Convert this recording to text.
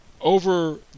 over